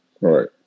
Right